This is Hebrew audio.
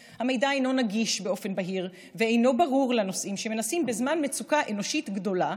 לדעת, אדוני השר, איפה נמצא הנושא הזה,